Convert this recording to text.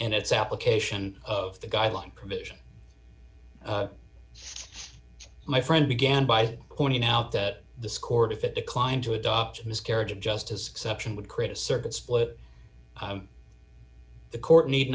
and its application of the guideline provision my friend began by pointing out that this court if it declined to adopt a miscarriage of justice exception would create a circuit split the court need